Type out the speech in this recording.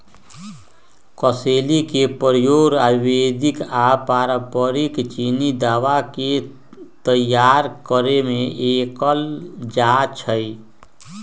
कसेली के प्रयोग आयुर्वेदिक आऽ पारंपरिक चीनी दवा के तइयार करेमे कएल जाइ छइ